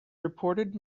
reported